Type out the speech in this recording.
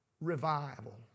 revival